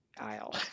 aisle